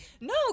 No